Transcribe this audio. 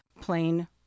plain